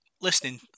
Listening